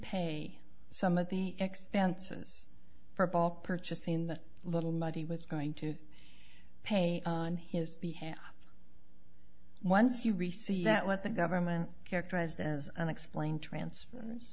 pay some of the expenses for of all purchasing the little mud he was going to pay on his behalf once you received that what the government characterized as unexplained transfers